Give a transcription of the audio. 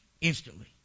Instantly